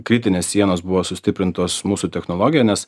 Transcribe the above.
kritinės sienos buvo sustiprintos mūsų technologija nes